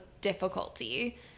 difficulty